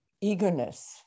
eagerness